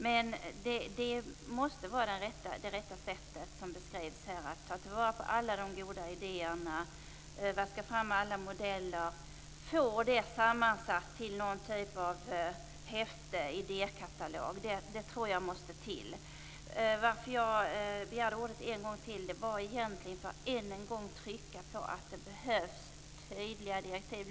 Det måste vara det rätta sättet som här beskrivs att ta till vara på alla de goda idéerna, vaska fram alla modeller och få det sammansatt till någon typ av häfte eller idékatalog. Jag tror att det måste till. Jag begärde ordet en gång till för att än en gång betona att det behövs tydliga direktiv.